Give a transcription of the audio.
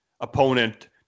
opponent